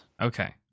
Okay